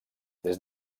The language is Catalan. des